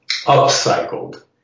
upcycled